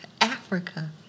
Africa